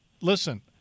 listen